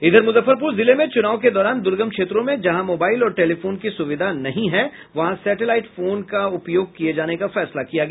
इधर मुजफ्फरपुर जिले में चुनाव के दौरान दुर्गम क्षेत्रों में जहां मोबाईल और टेलीफोन की सुविधा नहीं है वहां सेटेलाईट फोन का उपयोग किया जायेगा